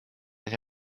and